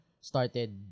started